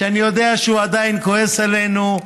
שאני יודע שהוא עדיין כועס עלינו,